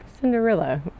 Cinderella